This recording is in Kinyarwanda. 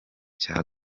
cya